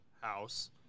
house